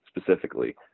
specifically